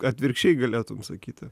atvirkščiai galėtum sakyti